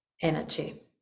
energy